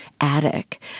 attic